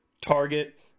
Target